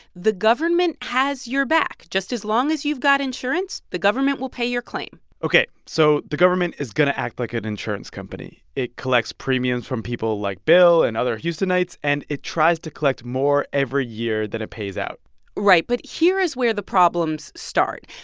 the government has your back. just as long as you've got insurance, the government will pay your claim ok. so the government is going to act like an insurance company. it collects premiums from people like bill and other houstonites. and it tries to collect more every year than it pays out right. but here is where the problems start.